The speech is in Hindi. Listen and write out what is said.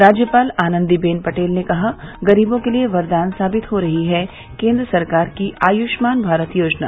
राज्यपाल आनंदीबेन पटेल ने कहा गरीबो के लिए वरदान साबित हो रही है केन्द्र सरकार की आयुष्मान भारत योजना